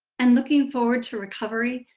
and looking forward to recovery,